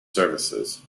services